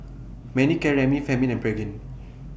Manicare Remifemin and Pregain